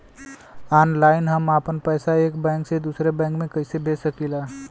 Online हम आपन पैसा एक बैंक से दूसरे बैंक में कईसे भेज सकीला?